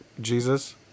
Jesus